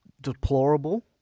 deplorable